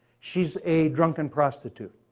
she's a drunken prostitute.